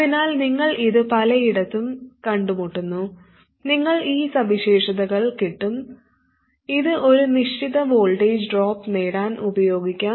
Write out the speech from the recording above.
അതിനാൽ നിങ്ങൾ ഇത് പലയിടത്തും കണ്ടുമുട്ടുന്നു നിങ്ങൾക്ക് ഈ സവിശേഷതകൾ കിട്ടും ഇത് ഒരു നിശ്ചിത വോൾട്ടേജ് ഡ്രോപ്പ് നേടാൻ ഉപയോഗിക്കാം